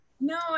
No